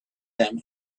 them